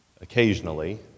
occasionally